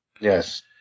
Yes